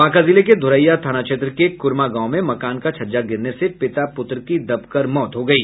बांका जिले के धौरया थाना क्षेत्र के कुर्मा गांव में मकान का छज्जा गिरने से पिता पुत्र की दबकर मौत हो गयी